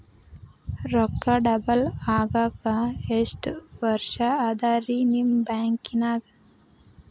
ರೊಕ್ಕ ಡಬಲ್ ಆಗಾಕ ಎಷ್ಟ ವರ್ಷಾ ಅದ ರಿ ನಿಮ್ಮ ಬ್ಯಾಂಕಿನ್ಯಾಗ?